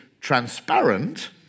transparent